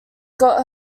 got